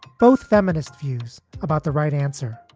both feminist views about the right answer